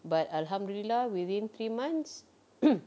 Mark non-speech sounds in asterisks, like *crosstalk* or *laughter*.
but alhamdulillah within three months *noise*